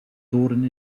doorn